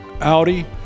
Audi